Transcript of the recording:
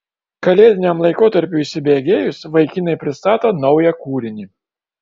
kalėdiniam laikotarpiui įsibėgėjus vaikinai pristato naują kūrinį